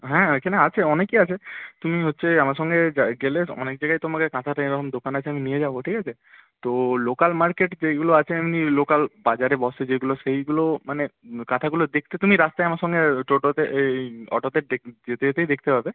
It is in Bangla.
হ্যাঁ এখানে আছে অনেকই আছে তুমি হচ্ছে আমার সঙ্গে গেলে অনেক জায়গায় তোমাকে কাঁথাতে এরকম দোকান আছে নিয়ে যাবো ঠিক আছে তো লোকাল মার্কেট যেইগুলো আছে এমনি লোকাল বাজারে বসে যেগুলো সেইগুলো মানে কাঁথাগুলো দেখতে তুমি রাস্তায় আমার সঙ্গে টোটোতে এই অটোতে দে যেতে যেতেই দেখতে পাবে